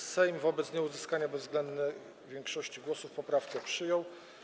Sejm wobec nieuzyskania bezwzględnej większości głosów poprawkę przyjął.